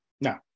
No